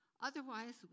Otherwise